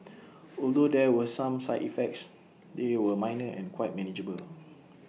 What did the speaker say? although there were some side effects they were minor and quite manageable